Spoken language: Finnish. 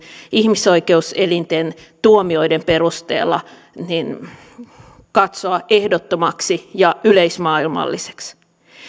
ihmisoikeuselinten tuomioiden perusteella katsoa ehdottomaksi ja yleismaailmalliseksi